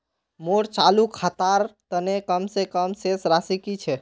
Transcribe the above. मोर चालू खातार तने कम से कम शेष राशि कि छे?